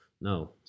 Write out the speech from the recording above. No